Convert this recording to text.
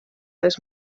als